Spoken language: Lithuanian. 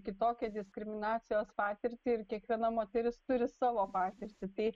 kitokią diskriminacijos patirtį ir kiekviena moteris turi savo patirtį tai